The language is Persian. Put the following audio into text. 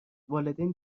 والدین